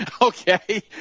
Okay